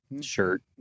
shirt